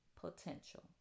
potential